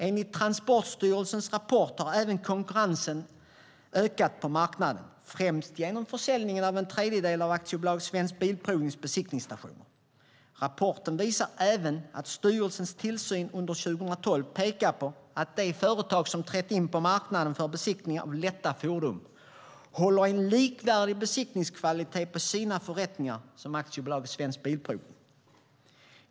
Enligt Transportstyrelsens rapport har även konkurrensen ökat på marknaden, främst genom försäljningen av en tredjedel av AB Svensk Bilprovnings besiktningsstationer. Rapporten visar även att styrelsens tillsyn under 2012 pekar på att de företag som trätt in på marknaden för besiktning av lätta fordon håller en likvärdig besiktningskvalitet på sina förrättningar som AB Svensk Bilprovning.